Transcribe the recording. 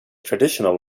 traditional